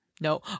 No